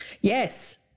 Yes